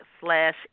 slash